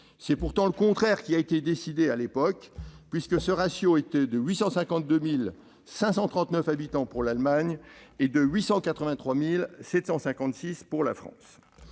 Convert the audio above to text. C'est pourtant le contraire qui a été décidé, puisque ce ratio était de 852 539 habitants pour l'Allemagne et de 883 756 habitants pour la France.